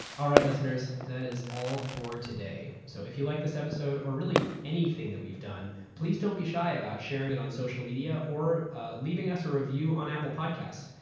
all right, listeners. that is all for today. so if you liked this episode or anything that we've done, please don't be shy about sharing it on social media or leaving us a review on apple podcast.